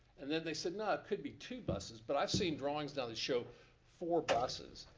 and then they said, no, it could be two buses. but i've seen drawings now that show four buses,